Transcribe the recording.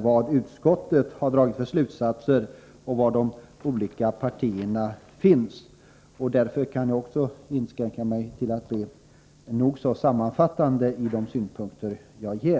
Vid de tillfällena redovisades utförligt vilka slutsatser utskottet dragit och var de olika partierna står. Därför kan också jag begränsa mig väsentligt i de synpunkter som jag nu